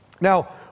Now